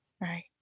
Right